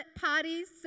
parties